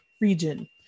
region